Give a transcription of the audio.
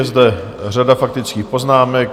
Je zde řada faktických poznámek.